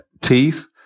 teeth